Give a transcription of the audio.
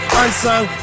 unsung